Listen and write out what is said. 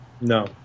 No